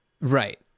Right